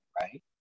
right